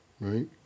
Right